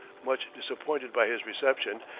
much disappointed by his reception,